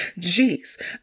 Jeez